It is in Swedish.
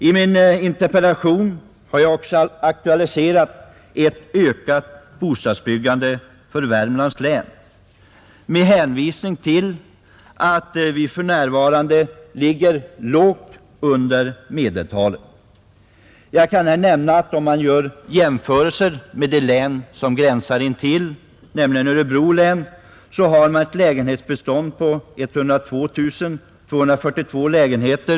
I min interpellation har jag också aktualiserat ett ökat bostadsbyggande för Värmlands län med hänvisning till att vi för närvarande ligger långt under medeltalet. Angränsande län, nämligen Örebro län, har ett lägenhetsbestånd på 102 242 och Värmlands län 105 494 lägenheter.